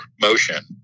motion